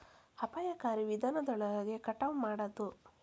ಅಪಾಯಕಾರಿ ವಿಧಾನದೊಳಗ ಕಟಾವ ಮಾಡುದ